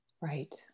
Right